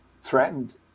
threatened